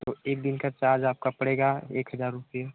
तो एक दिन का चार्ज आपका पड़ेगा एक हजार रुपिया